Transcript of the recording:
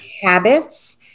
habits